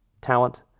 talent